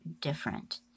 different